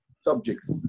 subjects